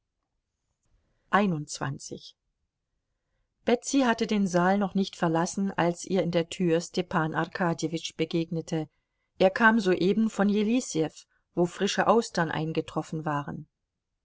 betsy hatte den saal noch nicht verlassen als ihr in der tür stepan arkadjewitsch begegnete er kam soeben von jelisew wo frische austern eingetroffen waren